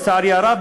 לצערי הרב,